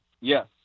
Yes